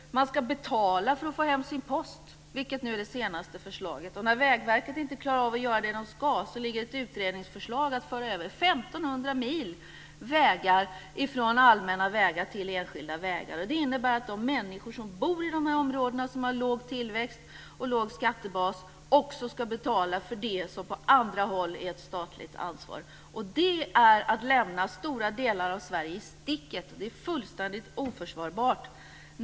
Folk ska betala för att få hem sin post - det är det senaste förslaget. Vägverket klarar inte av att göra det de ska. Det ligger ett utredningsförslag om att föra över 1 500 mil vägar från att vara allmänna vägar till att bli enskilda vägar. Det innebär att de människor som bor i de områden som har låg tillväxt och liten skattebas också ska betala för det som på andra håll är ett statligt ansvar. Det är att lämna stora delar av Sverige i sticket, och det är fullständigt oförsvarbart.